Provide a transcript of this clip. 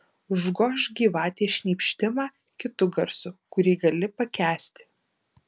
užgožk gyvatės šnypštimą kitu garsu kurį gali pakęsti